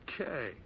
Okay